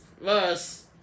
verse